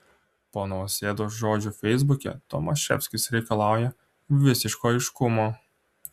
po nausėdos žodžių feisbuke tomaševskis reikalauja visiško aiškumo